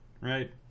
right